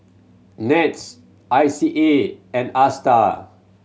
NETS I C A and Astar